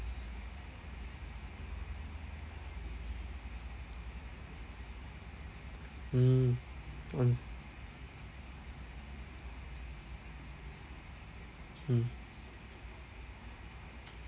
mm ons~ mm